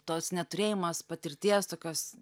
tos neturėjimas patirties tokios